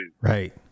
Right